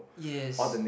yes